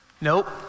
Nope